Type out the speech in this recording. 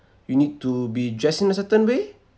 you need to be dressed in a certain way